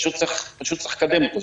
פשוט צריך לקדם אותו.